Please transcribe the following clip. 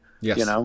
Yes